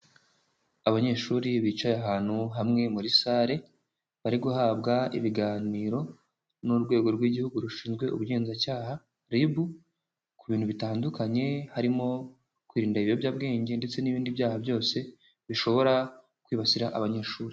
Abanyeshuri bicaye ahantu hamwe muri sale bari guhabwa ibiganiro n'urwego rw'igihugu rushinzwe ubugenzacyaha (Ribu) ku bintu bitandukanye harimo kwirinda ibiyobyabwenge ndetse n'ibindi byaha byose bishobora kwibasira abanyeshuri.